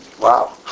wow